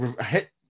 hit